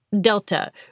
Delta